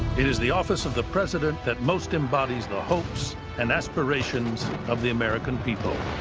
it is the office of the president that most embodies the hopes and aspirations of the american people.